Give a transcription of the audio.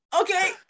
Okay